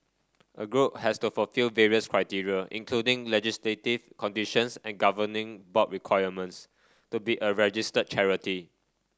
a group has to fulfil various criteria including legislative conditions and governing board requirements to be a registered charity